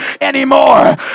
anymore